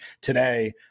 today